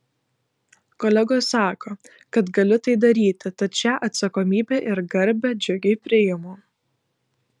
kolegos sako kad galiu tai daryti tad šią atsakomybę ir garbę džiugiai priimu